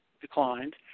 declined